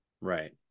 right